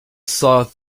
saw